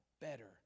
better